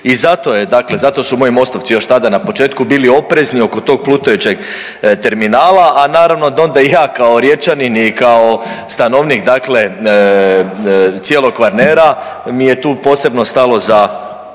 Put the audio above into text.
zato su moji MOST-ovci još tada na početku bili oprezni oko tog plutajućeg terminala, a naravno da onda i ja kao Riječanin i kao stanovnik, dakle cijelog Kvarnera mi je tu posebno stalo za